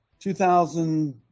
2000